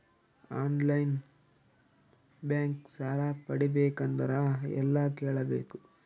On line bank ಸಾಲ ಪಡಿಬೇಕಂದರ ಎಲ್ಲ ಕೇಳಬೇಕು?